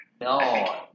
No